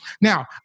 Now